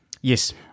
Yes